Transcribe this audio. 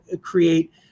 create